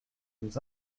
nous